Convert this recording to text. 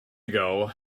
ago